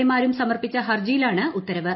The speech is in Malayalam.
എ മാരും സമർപ്പിച്ച ഹർജിയിലാണ് ഉത്തരവ്